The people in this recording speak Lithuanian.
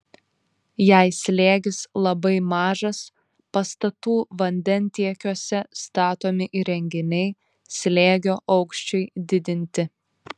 jei slėgis labai mažas pastatų vandentiekiuose statomi įrenginiai slėgio aukščiui didinti